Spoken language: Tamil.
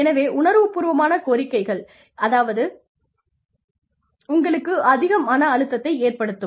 எனவே உணர்வு பூர்வமான கோரிக்கைகள் உங்களுக்கு அதிக மன அழுத்தத்தை ஏற்படுத்தும்